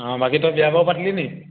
অঁ বাকী তই বিয়া বাৰু পাতিলি নি